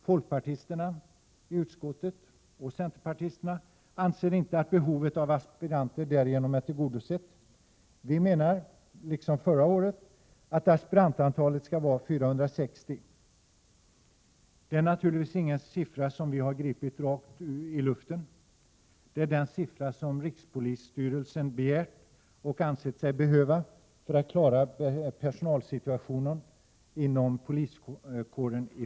Folkpartisterna och centerpartisterna i utskottet anser inte att behovet av aspiranter därigenom är tillgodosett. Vi menar, liksom förra året, att aspirantantalet skall vara 460. Det är naturligtvis ingen siffra som är gripen ur luften. Det är det antal som rikspolisstyrelsen har begärt och anser sig behöva för att i framtiden klara personalsituationen inom poliskåren.